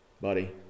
buddy